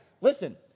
Listen